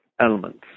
elements